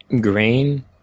Grain